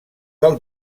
del